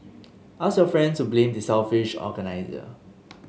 ask your friend to blame the selfish organiser